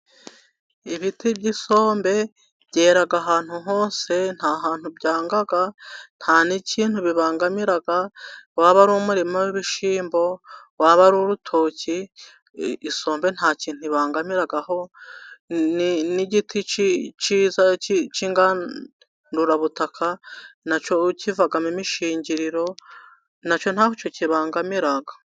Ibiti by'isombe byera ahantu hose, nta hantu byanga nta n'ikintu bibangamira waba ari umurima w'ibishyimbo, waba ari urutoki, isombe nta kintu ibangamira nigiti cyiza cy'ingandurabutaka, na cyo kivamo imishingiriro, nacyo ntacyo kibangamira.